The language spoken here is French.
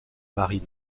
marine